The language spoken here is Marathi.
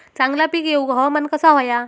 चांगला पीक येऊक हवामान कसा होया?